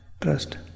trust